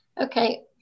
Okay